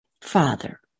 father